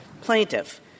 plaintiff